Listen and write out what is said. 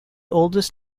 oldest